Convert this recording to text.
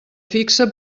fixa